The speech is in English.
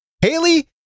Haley